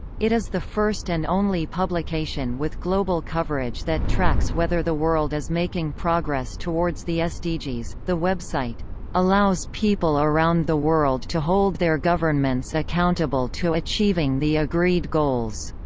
it is the first and only publication with global coverage that tracks whether the world is making progress towards the sdgs the website allows people around the world to hold their governments accountable to achieving the agreed goals.